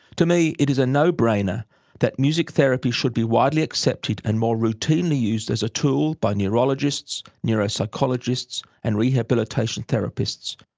to me, it is a no-brainer that music therapy should be widely accepted and more routinely used as a tool by neurologists, neuropsychologists and rehabilitation therapists.